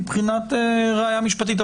מבחינת ראיה משפטית.